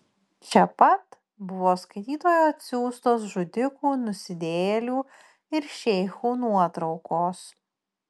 čia pat buvo skaitytojų atsiųstos žudikų nusidėjėlių ir šeichų nuotraukos